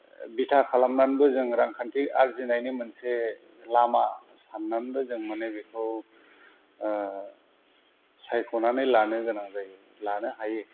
बिथा खालामनानैबो जों रांखान्थि आरजिनायनि जों मोनसे लामा साननानैबो जों बेखौ सायख'नानै लानो गोनां जायो लानो हायो